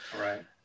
Right